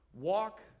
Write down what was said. Walk